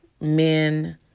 men